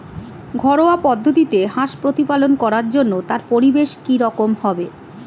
ঘরোয়া পদ্ধতিতে হাঁস প্রতিপালন করার জন্য তার পরিবেশ কী রকম হবে?